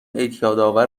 اعتیادآور